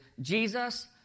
Jesus